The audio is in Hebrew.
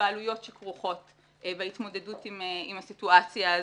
בעלויות שכרוכות והתמודדות עם הסיטואציה הזאת,